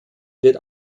wird